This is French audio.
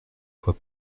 fois